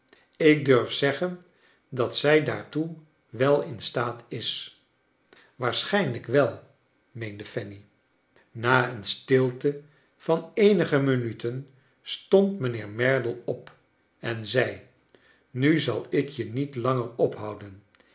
ik durf zeggen dat zij daartoe wel in staat is waarschijnlijk wel meende fanny na een stilte van eenige minuten stond mijnheer merdle op en zei nu zal ik je niet langer ophouden